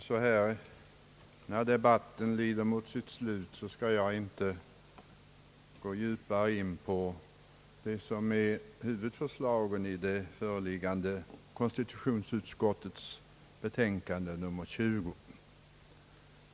Så här i debattens slutskede skall jag inte gå djupare in på vad som är huvidvikten i det föreliggande konstitutionsutskottets betänkande nr 20.